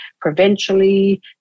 provincially